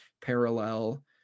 parallel